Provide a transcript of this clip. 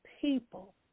people